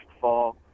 fall